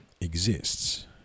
exists